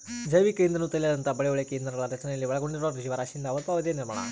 ಜೈವಿಕ ಇಂಧನವು ತೈಲದಂತಹ ಪಳೆಯುಳಿಕೆ ಇಂಧನಗಳ ರಚನೆಯಲ್ಲಿ ಒಳಗೊಂಡಿರುವ ಜೀವರಾಶಿಯಿಂದ ಅಲ್ಪಾವಧಿಯ ನಿರ್ಮಾಣ